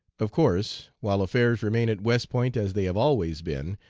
of course, while affairs remain at west point as they have always been,